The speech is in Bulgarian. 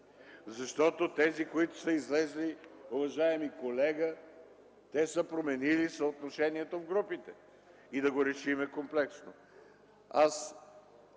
защото тези, които са излезли, уважаеми колега, са променили съотношението в групите, и да го решим комплексно.